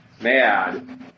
mad